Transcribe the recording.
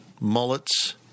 mullets